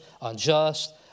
unjust